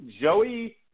Joey